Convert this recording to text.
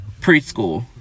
preschool